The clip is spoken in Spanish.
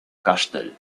castle